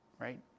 right